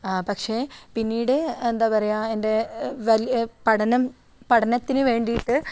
പക്ഷേ പിന്നീട് എന്താണ് പറയാ എൻ്റെ വലിയ പഠനം പഠനത്തിനുവേണ്ടിയിട്ട്